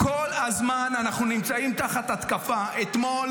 כל הזמן אנחנו נמצאים תחת התקפה: אתמול